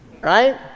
right